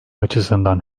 açısından